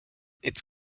its